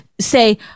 say